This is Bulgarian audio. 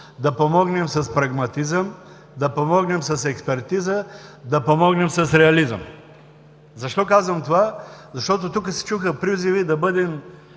да помогнем с прагматизъм, да помогнем с експертиза, да помогнем с реализъм. Защо казвам това? Защото тук се чуха призиви да бъдем